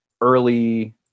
early